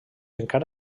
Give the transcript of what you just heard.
encara